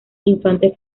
infante